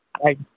ଆଜ୍ଞା